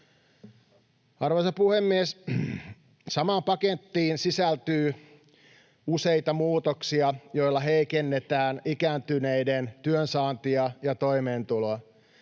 Arvoisa puhemies! Samaan pakettiin sisältyy useita muutoksia, joilla heikennetään ikääntyneiden työn saantia ja toimeentuloa.